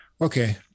Okay